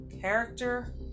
character